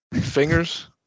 Fingers